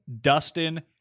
Dustin